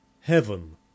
heaven